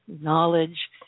knowledge